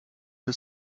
the